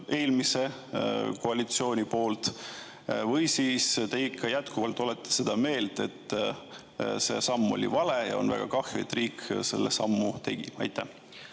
eelmise koalitsiooni poolt või te olete ikka, jätkuvalt seda meelt, et see samm oli vale ja on väga kahju, et riik selle sammu tegi? Aitäh!